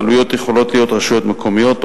הבעלויות יכולות להיות רשויות מקומיות,